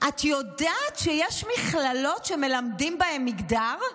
את יודעת שיש מכללות שמלמדים בהן מגדר?